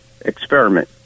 experiment